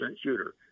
shooter